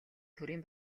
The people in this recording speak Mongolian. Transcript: төрийн